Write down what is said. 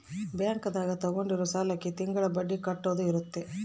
bank ದಾಗ ತಗೊಂಡಿರೋ ಸಾಲಕ್ಕೆ ತಿಂಗಳ ಬಡ್ಡಿ ಕಟ್ಟೋದು ಇರುತ್ತ